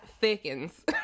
thickens